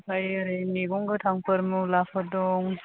ओमफ्राय ओरै मैगं गोथांफोर मुलाफोर दं